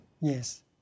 Yes